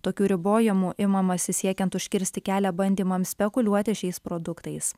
tokių ribojimų imamasi siekiant užkirsti kelią bandymams spekuliuoti šiais produktais